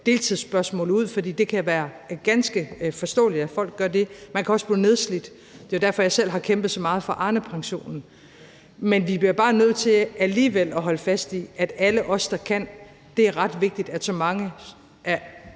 deltidsspørgsmålet ud, for det kan være ganske forståeligt, at folk gør det. Man kan også blive nedslidt, og det er jo derfor, jeg selv har kæmpet så meget for Arnepensionen. Men vi bliver bare nødt til alligevel at holde fast i, at det er ret vigtigt, at alle